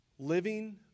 Living